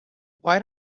why